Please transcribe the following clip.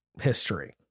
history